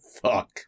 fuck